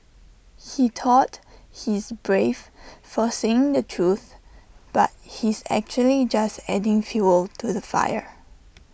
he thought he's brave for saying the truth but he's actually just adding fuel to the fire